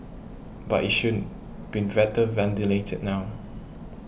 but it shouldn't been better ventilated now